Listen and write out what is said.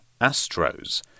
Astros